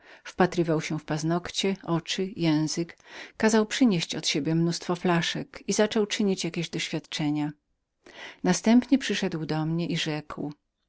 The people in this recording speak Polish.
wpatrywał się w paznokcie oczy język kazał przynieść od siebie mnóstwo flaszek i zaczął czynić jakieś doświadczenia następnie przyszedł do mnie i rzekł